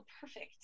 perfect